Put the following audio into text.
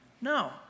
No